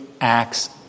acts